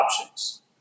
options